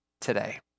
today